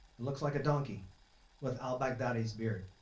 it looks like a donkey with al-baghdadi's beard.